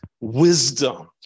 wisdom